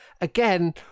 again